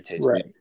right